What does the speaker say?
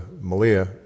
Malia